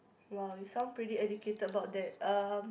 !wow! you sound pretty educated about that um